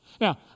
Now